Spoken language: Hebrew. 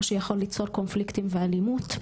מה שיכול ליצור קונפליקטים ואלימות.